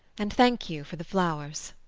and thank you for the flowers.